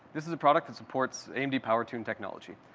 this is a product that supports amd power tune technology.